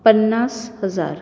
पन्नास हजार